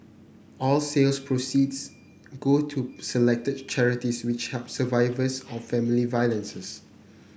all sales proceeds go to selected charities which help survivors of family violences